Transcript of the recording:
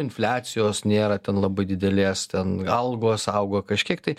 infliacijos nėra ten labai didelės ten algos augo kažkiek tai